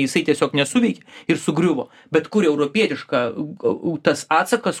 jisai tiesiog nesuveikė ir sugriuvo bet kur europietiška tas atsakas